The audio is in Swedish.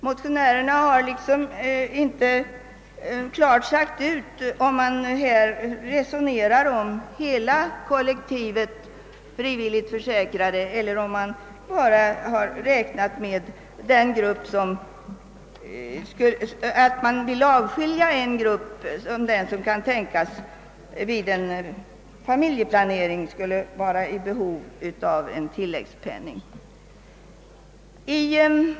Motionärerna har inte klart sagt ut, om man här resonerar om hela kollektivet frivilligt försäkrade eller om man bara vill avskilja den grupp som genom sin familjeplanering skulle vara i behov av tilläggssjukpenning.